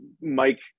Mike